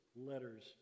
letters